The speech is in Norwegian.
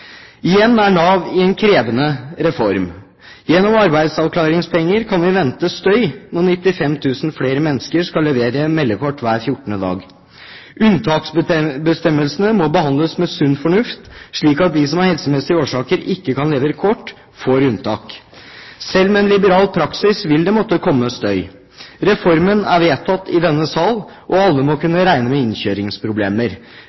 Igjen er Nav i en krevende reformprosess. Når det gjelder arbeidsavklaringspenger, kan vi vente støy når 95 000 flere mennesker skal levere meldekort hver fjortende dag. Unntaksbestemmelsene må behandles med sunn fornuft, slik at de som av helsemessige årsaker ikke kan levere kort, får unntak. Selv med en liberal praksis vil det måtte komme støy. Reformen er vedtatt i denne sal, og alle må